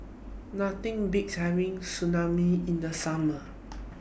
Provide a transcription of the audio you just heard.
Nothing Beats having in The Summer